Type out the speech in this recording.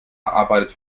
arbeitet